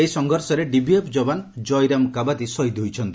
ଏହି ସଂଘର୍ଷରେ ଡିଭିଏଫ୍ ଯବାନ କଇରାମ୍ କାବାତି ଶହୀଦ୍ ହୋଇଛନ୍ତି